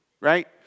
Right